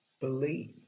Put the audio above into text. believe